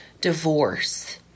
divorce